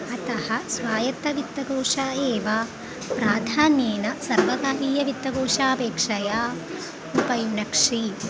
अतः स्वायत्तवित्तकोषाः एव प्राधान्येन सर्वकारीयवित्तकोषापेक्षया उपयुणक्षी